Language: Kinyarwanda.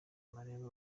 marembo